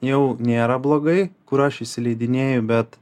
jau nėra blogai kur aš įsileidinėju bet